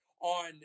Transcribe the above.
on